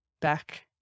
back